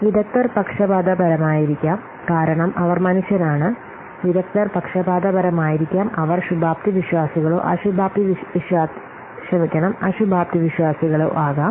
വിദഗ്ദ്ധർ പക്ഷപാതപരമായിരിക്കാം കാരണം അവർ മനുഷ്യരാണ് വിദഗ്ധർ പക്ഷപാതപരമായിരിക്കാം അവർ ശുഭാപ്തി വിശ്വാസികളോ അശുഭാപ്തിവിശ്വാസികളോ ആകാം